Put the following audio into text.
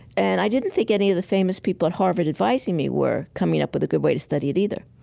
and i didn't think any of the famous people at harvard advising me were coming up with a good way to study it either.